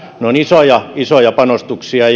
ne ovat isoja isoja panostuksia